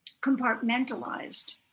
compartmentalized